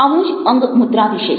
આવું જ અંગમુદ્રા વિશે છે